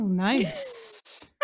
Nice